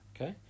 okay